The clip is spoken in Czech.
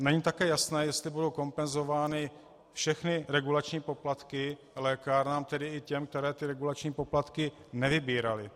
Není také jasné, jestli budou kompenzovány všechny regulační poplatky lékárnám, tedy i těm, které regulační poplatky nevybíraly.